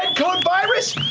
and code virus?